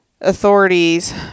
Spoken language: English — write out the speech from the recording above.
authorities